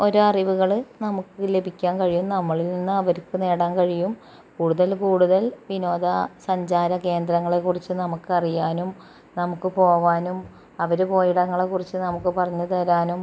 ഓരോ അറിവുകൾ നമുക്ക് ലഭിക്കാൻ കഴിയും നമ്മളിൽ നിന്ന് അവർക്ക് നേടാൻ കഴിയും കൂടുതൽ കൂടുതൽ വിനോദ സഞ്ചാര കേന്ദ്രങ്ങളെക്കുറിച്ച് നമുക്കറിയാനും നമുക്ക് പോവാനും അവർ പോയ ഇടങ്ങളെ കുറിച്ച് നമൂക്ക് പറഞ്ഞ് തരാനും